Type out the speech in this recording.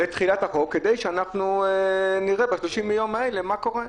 כדי שנראה ב-30 יום האלה מה קורה.